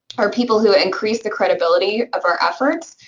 are people who increase the credibility of our efforts.